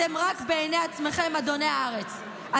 אתם רק בעיני עצמכם אדוני הארץ,